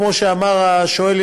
כמו שאמר השואל,